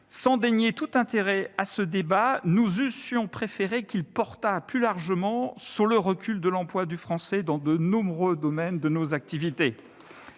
Sans dénier tout intérêt à ce débat, nous eussions préféré qu'il portât plus largement sur le recul de l'emploi du français dans de nombreux domaines de nos activités.